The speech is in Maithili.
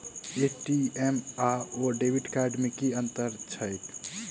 ए.टी.एम आओर डेबिट कार्ड मे की अंतर छैक?